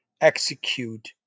execute